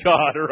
God